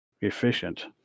efficient